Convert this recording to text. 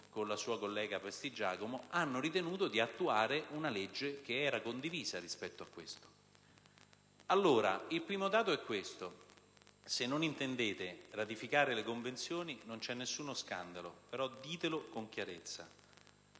con la sua collega Prestigiacomo) hanno ritenuto di attuare una legge che era condivisa rispetto a questo problema. Allora, il primo dato è questo: se non intendete ratificare le Convenzioni, non c'è nessuno scandalo, però ditelo con chiarezza,